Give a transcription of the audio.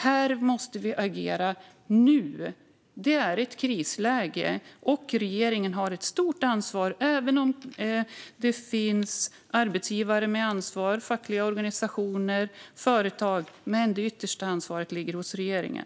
Här måste vi agera nu . Det är ett krisläge. Regeringen har ett stort ansvar. Även om det finns arbetsgivare, fackliga organisationer och företag med ansvar ligger det yttersta ansvaret hos regeringen.